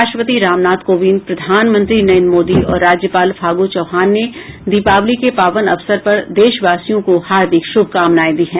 राष्ट्रपति रामनाथ कोविंद प्रधानमंत्री नरेन्द्र मोदी और राज्यपाल फागू चौहान ने दीपावली के पावन अवसर पर देशवासियों को हार्दिक शुभकामनाएँ दी है